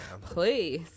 Please